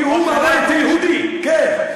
כי הוא בבית היהודי, כן.